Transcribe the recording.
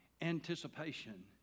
anticipation